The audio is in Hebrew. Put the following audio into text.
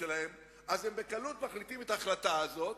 שלהם ואז הם בקלות מחליטים את ההחלטה הזאת,